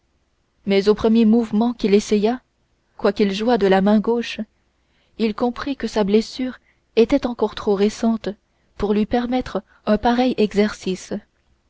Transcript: mais au premier mouvement qu'il essaya quoiqu'il jouât de la main gauche il comprit que sa blessure était encore trop récente pour lui permettre un pareil exercice